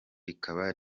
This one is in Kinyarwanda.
rikaba